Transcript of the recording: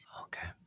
Okay